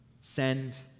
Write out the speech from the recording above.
Send